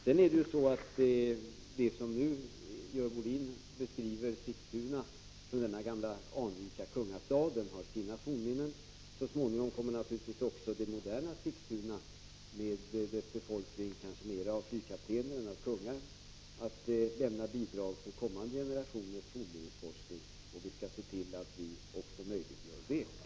2 Görel Bohlin beskriver Sigtuna som en gammal anrik kungastad med 16 december 1985 många fornminnen. Så småningom kommer naturligtvis det moderna Sigtuna med dess befolkning av kanske fler flygkaptener än kungar att lämna bidrag till kommande generationers fornminnesforskning, och vi skall se till att vi möjliggör också det.